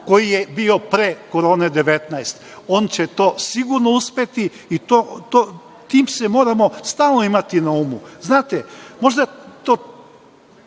koji je bio pre Korone 19. On će to sigurno uspeti i to moramo stalno imati na umu. Znate, možda to